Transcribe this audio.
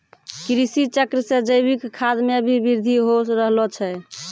कृषि चक्र से जैविक खाद मे भी बृद्धि हो रहलो छै